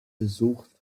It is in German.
besucht